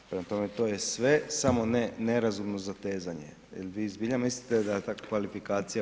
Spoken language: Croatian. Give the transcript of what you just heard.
Prema tome, to je sve samo ne nerazumno zatezanje jel vi zbilja mislite da je ta kvalifikacija